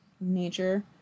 nature